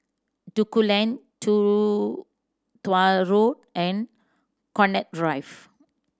Duku Lane Two Tuah Road and Connaught Drive